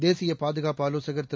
தேசியபாதுகாப்பு ஆலோசகர் திரு